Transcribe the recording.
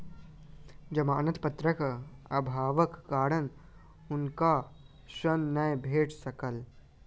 जमानत पत्रक अभावक कारण हुनका ऋण नै भेट सकल